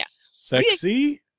Sexy